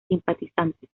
simpatizantes